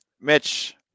Mitch